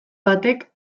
batek